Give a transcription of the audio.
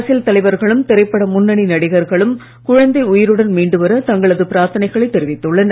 அரசியல் தலைவர்களும் திரைப்பட முன்னணி நடிகர்களும் குழந்தை உயிருடன் மீண்டு வர தங்களது பிரார்த்தனைகளை தெரிவித்துள்ளனர்